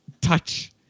touch